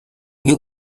you